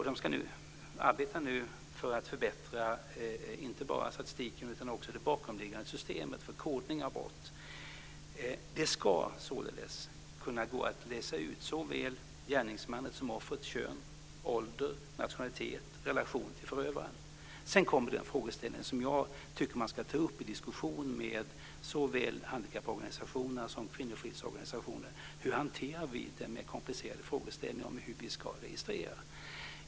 De arbetar nu för att förbättra inte bara statistiken utan också det bakomliggande systemet för kodning av brott. Det ska således gå att läsa ut såväl gärningsmannens som offrets kön, ålder och nationalitet, liksom offrets relation till förövaren. Sedan kommer den frågeställning som jag tycker att man ska ta upp i diskussion med handikapporganisationer och kvinnofridsorganisationer, nämligen: Hur ska vi registrera?